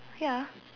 ya